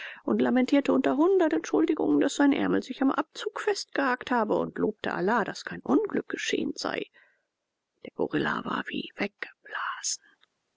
und lamentierte unter hundert entschuldigungen daß sein ärmel sich am abzug festgehakt habe und lobte allah daß kein unglück geschehen sei der gorilla war wie weggeblasen